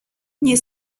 nie